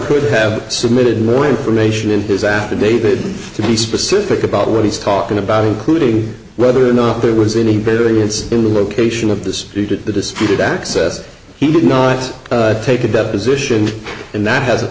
could have submitted more information in his affidavit to be specific about what he's talking about including whether or not there was any variance in the location of the speech at the disputed access he did not take a deposition and that hasn't